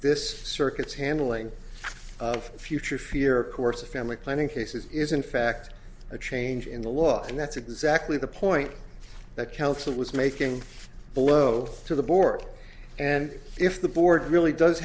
this circuit's handling of future fear of course of family planning cases is in fact a change in the law and that's exactly the point that council was making blow to the board and if the board really does